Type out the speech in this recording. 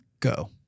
Go